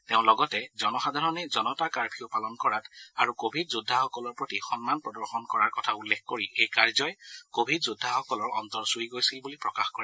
তেওঁ লগতে জনসাধাৰণে জনতা কাৰ্ফিউ পালন কৰাত আৰু কোভিড যোদ্ধাসকলৰ প্ৰতি সন্মান প্ৰদৰ্শন কৰাৰ কথা উল্লেখ কৰি এই কাৰ্যই কোভিড যোদ্ধাসকলৰ অন্তৰ চুই গৈছিল বুলি প্ৰকাশ কৰে